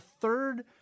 third